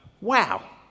wow